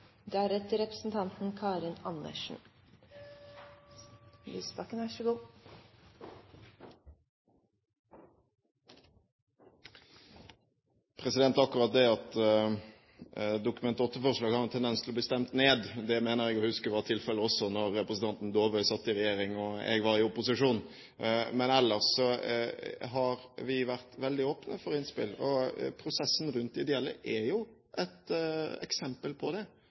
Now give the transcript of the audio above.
Akkurat det at Dokument nr. 8-forslag har en tendens til å bli stemt ned, mener jeg å huske var tilfellet også da representanten Dåvøy satt i regjering og jeg var i opposisjon. Men ellers har vi vært veldig åpne for innspill, og prosessen rundt ideelle er jo et eksempel på det.